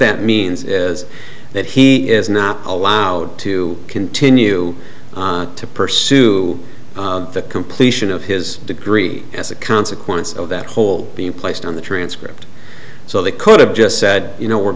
that means is that he is not allowed to continue to pursue the completion of his degree as a consequence of that whole being placed on the transcript so they could have just said you know we're